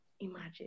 Imagine